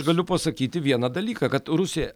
galiu pasakyti vieną dalyką kad rusija